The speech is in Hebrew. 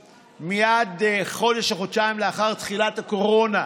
מייד, חודש או חודשיים לאחר תחילת הקורונה,